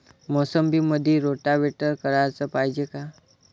मोसंबीमंदी रोटावेटर कराच पायजे का?